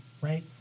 right